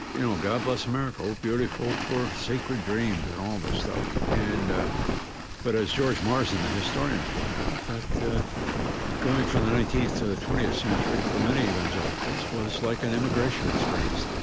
you know, god bless america, oh, beautiful for sacred dreams, and all this stuff. and but as george morrison, the historian, pointed out, that going from the nineteenth to the twentieth century for many evangelicals was like an immigration experience.